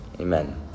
Amen